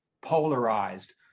polarized